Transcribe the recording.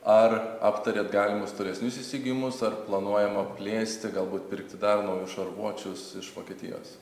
ar aptarėt galimus tolesnius įsigijimus ar planuojama plėsti galbūt pirkti dar naujus šarvuočius iš vokietijos